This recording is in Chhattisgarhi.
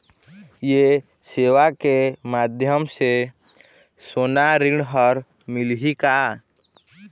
ये सेवा के माध्यम से सोना ऋण हर मिलही का?